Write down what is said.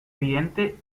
evidente